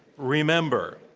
remember,